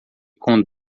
com